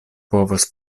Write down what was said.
povos